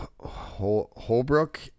Holbrook